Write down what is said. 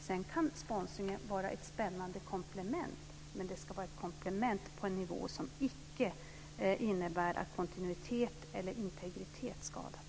Sedan kan sponsringen vara ett spännande komplement, men det ska vara ett komplement på en nivå som icke innebär att kontinuitet eller integritet skadas.